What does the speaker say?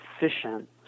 efficient